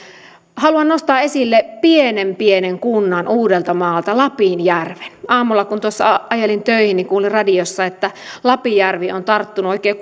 haluan nostaa esille pienen pienen kunnan uudeltamaalta lapinjärven aamulla kun tuossa ajelin töihin niin kuulin radiosta että lapinjärvi on tarttunut oikein